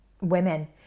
women